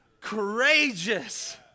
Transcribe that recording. courageous